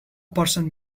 person